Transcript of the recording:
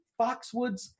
Foxwoods